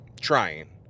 trying